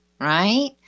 right